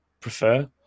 prefer